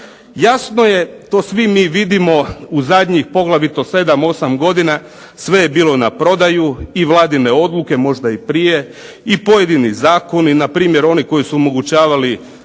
Jasno je to svi mi vidimo u zadnjih poglavito sedam, osam godina sve je bilo na prodaju. I vladine odluke, možda i prije, i pojedini zakoni. Na primjer oni koji su omogućavali